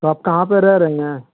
तो आप कहाँ पर रह रहे हैं